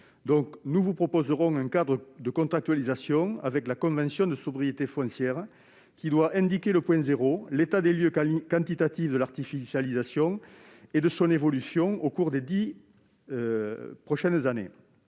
Nous vous présenterons un cadre de contractualisation avec la convention de sobriété foncière, qui doit indiquer le point zéro, l'état des lieux quantitatif de l'artificialisation et son évolution au cours des dix prochaines années.